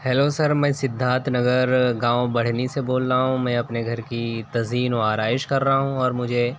hello sir میں سدھارتھ نگر گاؤں بڑھنی سے بول رہا ہوں میں اپنے گھر کی تزئین و آرائش کر رہا ہوں اور مجھے